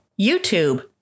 YouTube